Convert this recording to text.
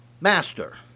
Master